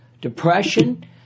depression